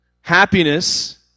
Happiness